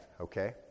okay